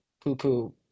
poo-poo